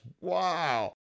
wow